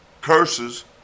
curses